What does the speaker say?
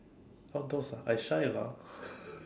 outdoors ah I shy lah